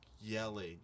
yelling